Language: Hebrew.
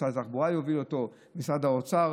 משרד התחבורה יוביל אותו ומשרד האוצר,